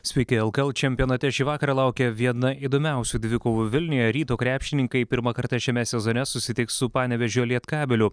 sveiki lkl čempionate šį vakarą laukia viena įdomiausių dvikovų vilniuje ryto krepšininkai pirmą kartą šiame sezone susitiks su panevėžio lietkabeliu